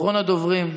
אחרון הדוברים.